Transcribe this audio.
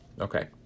Okay